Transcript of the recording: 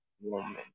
woman